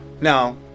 Now